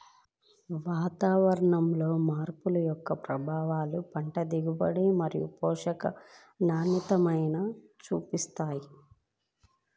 వాతావరణ మార్పు యొక్క ప్రభావాలు పంట దిగుబడి మరియు పోషకాల నాణ్యతపైన చూపిస్తాయి